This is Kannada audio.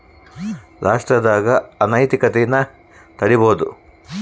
ರಾಷ್ಟ್ರದಾಗ ಅನೈತಿಕತೆನ ತಡೀಬೋದು